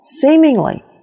seemingly